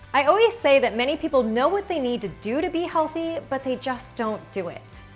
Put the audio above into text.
i always say that many people know what they need to do to be healthy but they just don't do it.